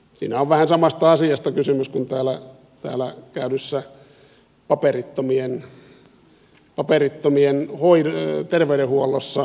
siinä on vähän samasta asiasta kysymys kuin täällä esillä olleessa paperittomien terveydenhuollossa